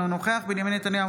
אינו נוכח בנימין נתניהו,